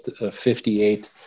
58